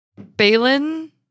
Balin